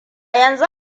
yanzu